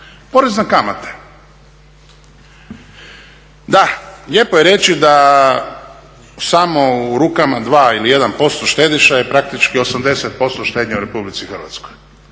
Porez na kamate. Da, lijepo je reći da samo u rukama dva ili jedan posto štediša je praktički 80% štednje u Republici Hrvatskoj.